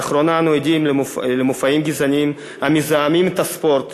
לאחרונה אנו עדים למופעים גזעניים המזהמים את הספורט.